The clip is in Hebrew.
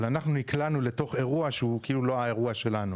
אבל אנחנו נקלענו לתוך אירוע שהוא לא האירוע שלנו.